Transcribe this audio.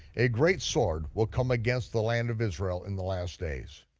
a great sword will come against the land of israel in the last days.